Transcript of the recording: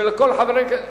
שלכל חבר כנסת,